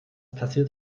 passiert